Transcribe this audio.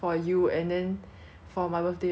then then you 做那个 icing right